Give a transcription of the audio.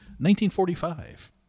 1945